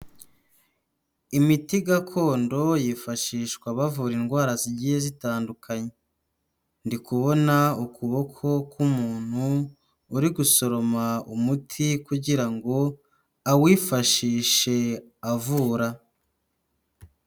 Imiti gakondo yifashishwa bavura indwara zigiye zitandukanye. Ndi kubona ukuboko k'umuntu uri gusoroma umuti, kugira ngo awifashishe avura.